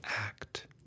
act